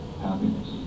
happiness